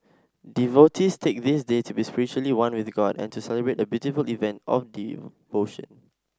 devotees take this day to be spiritually one with god and to celebrate a beautiful event of devotion